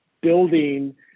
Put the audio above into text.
building